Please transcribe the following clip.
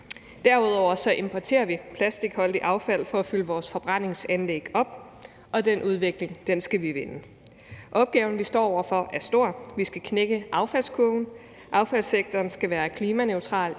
Derudover importerer vi plastikholdigt affald for at fylde vores forbrændingsanlæg op, og den udvikling skal vi vende. Opgaven, vi står over for, er stor: Vi skal knække affaldskurven, affaldssektoren skal være klimaneutral